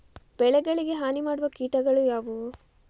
ಬೆಳೆಗಳಿಗೆ ಹಾನಿ ಮಾಡುವ ಕೀಟಗಳು ಯಾವುವು?